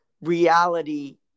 reality